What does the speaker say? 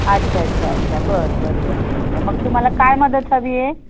अच्छा अच्छा अच्छा बरं बरं बरं बरं बरं मग तुम्हाला काय मदत हवी आहे